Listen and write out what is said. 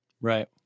Right